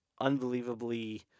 unbelievably